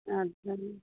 अच्छा